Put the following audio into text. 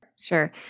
sure